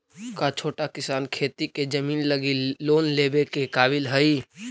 का छोटा किसान खेती के जमीन लगी लोन लेवे के काबिल हई?